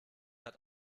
hat